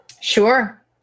Sure